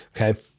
okay